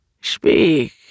Speak